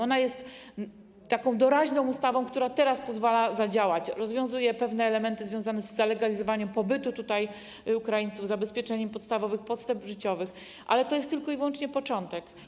Ona jest taką doraźną ustawą, która teraz pozwala zadziałać, rozwiązuje pewne elementy związane z zalegalizowaniem pobytu Ukraińców tutaj, zabezpieczeniem ich podstawowych potrzeb życiowych, ale to jest tylko i wyłącznie początek.